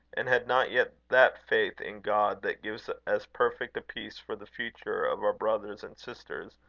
and had not yet that faith in god that gives as perfect a peace for the future of our brothers and sisters,